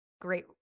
great